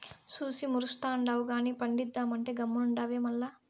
చూసి మురుస్తుండావు గానీ పండిద్దామంటే గమ్మునుండావే మల్ల